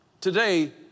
Today